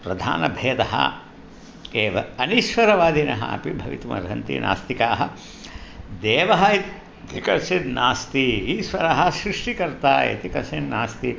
प्रधानभेदः एव अनीश्वरवादिनः अपि भवितुमर्हन्ति नास्तिकाः देवः इति कश्चित् नास्ति ईश्वरः सृष्टिकर्ता इति कश्चिन्नास्ति